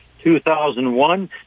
2001